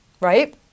right